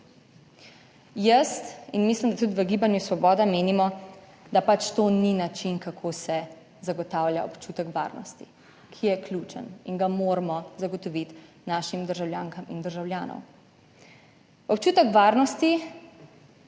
Jaz, in mislim, da tudi v Gibanju Svoboda menimo, da pač to ni način, kako se zagotavlja občutek varnosti, ki je ključen in ga moramo zagotoviti našim državljankam in državljanom - občutek varnosti